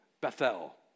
Bethel